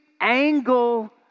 angle